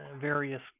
various